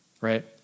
right